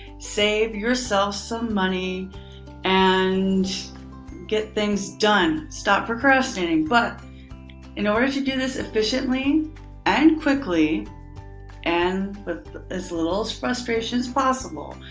save yourself some money and get things done. stop procrastinating. but in order to do this efficiently and quickly and with as little as frustration as possible,